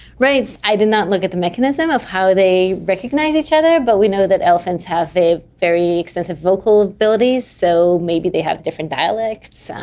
right. i did not look at the mechanism of how they recognise each other but we know that elephants have very extensive vocal abilities, so maybe they have different dialects.